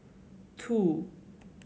two